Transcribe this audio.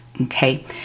okay